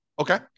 Okay